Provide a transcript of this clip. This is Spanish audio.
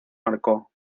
marcó